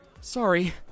Sorry